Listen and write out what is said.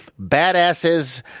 badasses